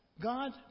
God